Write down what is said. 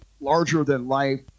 larger-than-life